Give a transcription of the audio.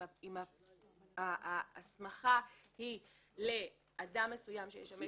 אם ההסמכה היא לאדם מסוים שישמש